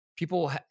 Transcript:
People